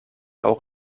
auch